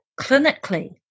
clinically